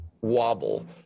wobble